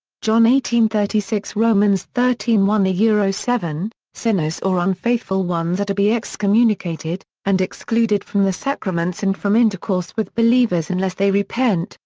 john eighteen thirty six romans thirteen one yeah seven sinners or unfaithful ones are to be excommunicated, and excluded from the sacraments and from intercourse with believers unless they repent,